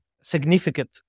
significant